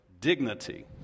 dignity